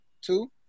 Two